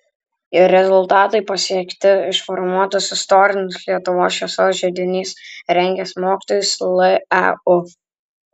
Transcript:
ir rezultatai pasiekti išformuotas istorinis lietuvos šviesos židinys rengęs mokytojus leu